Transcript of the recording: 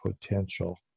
potential